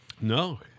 No